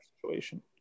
situation